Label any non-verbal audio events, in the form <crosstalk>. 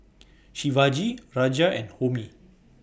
Shivaji <noise> Raja and Homi <noise>